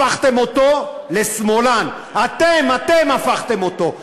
הפכתם אותו לשמאלן, אתם, אתם הפכתם אותו.